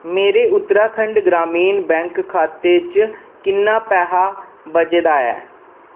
मेरे उत्तराखंड ग्रामीण बैंक खाते च किन्ना पैहा बचे दा ऐ